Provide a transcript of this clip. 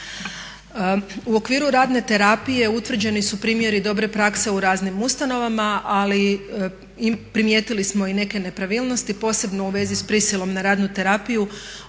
U okviru radne terapije utvrđeni su primjeri dobre prakse u raznim ustanovama, ali primijetili smo i neke nepravilnosti, posebno u vezi s prisilom na radnu terapiju,